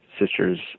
sisters